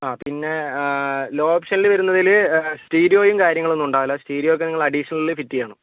ആ പിന്നേ ലോ ഓപ്ഷനില് വരുന്നതില് സ്റ്റീരിയോയും കാര്യങ്ങളൊന്നും ഉണ്ടാകില്ല സ്റ്റീരിയോ ഒക്ക നിങ്ങള് അഡീഷനലി ഫിറ്റ് ചെയ്യണം